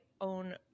own